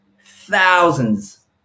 thousands